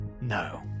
No